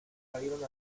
salieron